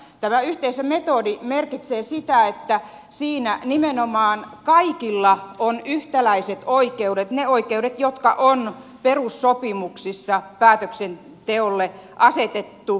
tämä yhteisömetodi merkitsee sitä että siinä nimenomaan kaikilla on yhtäläiset oikeudet ne oikeudet jotka on perussopimuksissa päätöksenteolle asetettu